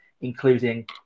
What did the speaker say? including